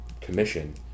commission